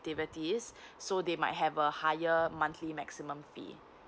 activities so they might have a higher a monthly maximum fee